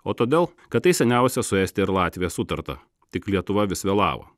o todėl kad tai seniausia su estija ir latvija sutarta tik lietuva vis vėlavo